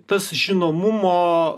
tas žinomumo